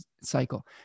cycle